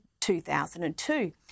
2002